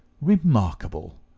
remarkable